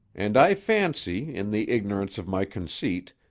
and i fancy, in the ignorance of my conceit,